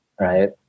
right